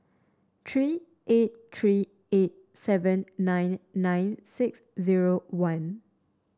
three eight three eight seven nine nine six zero one